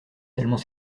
tellement